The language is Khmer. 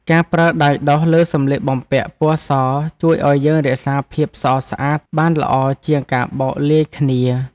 ការប្រើដៃដុសលើសម្លៀកបំពាក់ពណ៌សជួយឱ្យយើងរក្សាភាពសស្អាតបានល្អជាងការបោកលាយគ្នា។